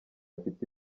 bafite